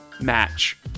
match